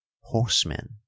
horsemen